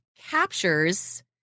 captures